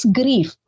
grief